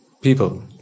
people